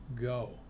go